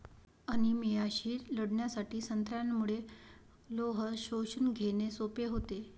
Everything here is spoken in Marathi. अनिमियाशी लढण्यासाठी संत्र्यामुळे लोह शोषून घेणे सोपे होते